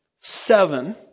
seven